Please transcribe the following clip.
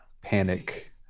panic